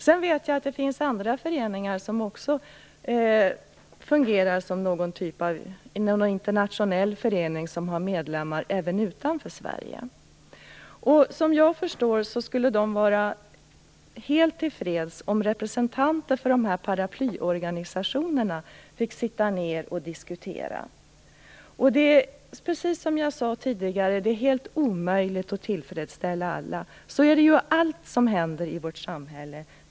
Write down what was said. Jag vet att det finns andra föreningar som fungerar inom en internationell förening, som har medlemmar även utanför Sverige. Som jag förstår det skulle de vara helt till freds om representanter för de här paraplyorganisationerna fick sitta ner och diskutera. Det är, som jag sade tidigare, helt omöjligt att tillfredsställa alla. Så är det med allt som händer i vårt samhälle.